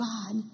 God